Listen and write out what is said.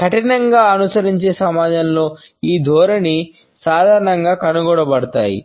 కఠినంగా అనుసరించే సమాజాలలో ఈ ధోరణి సాధారణంగా కనుగొనబడతాయి